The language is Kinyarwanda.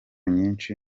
nyinshi